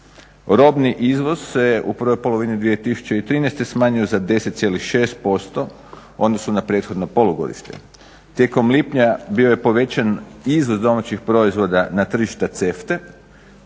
Robni izvoz se u prvoj polovini 2013. smanjio za 10,6% u odnosu na prethodno polugodište. Tijekom lipnja bio je povećan izvoz domaćih proizvoda na tržište CEFTA-e,